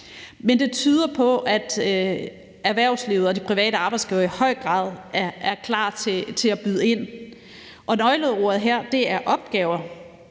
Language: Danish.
Men det tyder på, at erhvervslivet og de private arbejdsgivere i høj grad er klar til at byde ind. Nøgleordet her er opgaver.